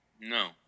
No